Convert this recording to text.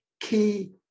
key